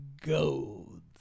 gold